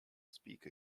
speak